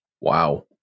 Wow